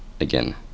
again